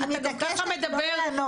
אתה גם ככה מדבר,